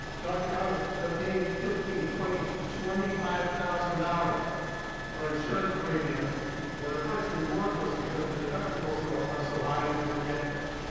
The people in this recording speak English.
talk to others. they're paying fifteen, twenty, twenty five thousand dollars for insurance premiums that are virtually worthless because the deductibles so are so high they never get there.